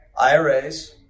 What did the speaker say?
IRAs